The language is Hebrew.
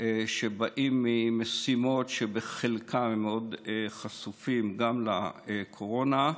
שבאים ממשימות שבחלקן הם מאוד חשופים גם לקורונה.